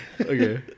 Okay